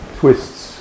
twists